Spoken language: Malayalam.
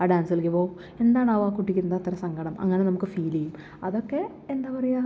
ആ ഡാൻസ് കളിക്കുമ്പോൾ എന്താണാവോ കുട്ടിക്ക് ഇന്നിത്ര സങ്കടം അങ്ങനെ നമുക്ക് ഫീൽ ചെയ്യും അതൊക്കെ എന്താ പറയുക